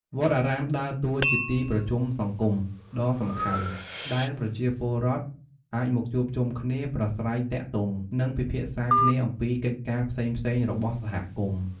វត្តអារាមដើរតួជា ទីប្រជុំសង្គម ដ៏សំខាន់ ដែលប្រជាពលរដ្ឋអាចមកជួបជុំគ្នា ប្រាស្រ័យទាក់ទង និងពិភាក្សាគ្នាអំពីកិច្ចការផ្សេងៗរបស់សហគមន៍។